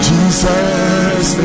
Jesus